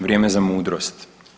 Vrijeme za mudrost.